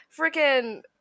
Freaking